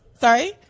Sorry